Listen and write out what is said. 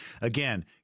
again